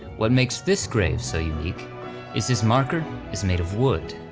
what makes this grave so unique is his marker is made of wood.